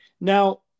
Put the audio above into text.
Now